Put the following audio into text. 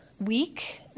week